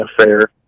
affair